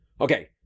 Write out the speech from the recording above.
Okay